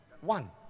One